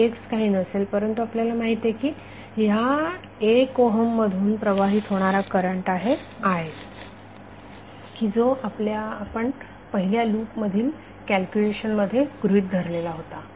vxकाही नसेल परंतु आपल्याला माहीत आहे की ह्या 1 ओहम मधून प्रवाहित होणारा करंट आहे i की जो आपण पहिल्या लूप मधील कॅल्क्युलेशन मध्ये गृहीत धरलेला होता